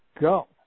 go